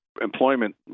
employment